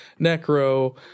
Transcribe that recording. Necro